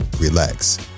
relax